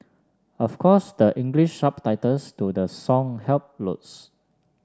of course the English subtitles to the song helped loads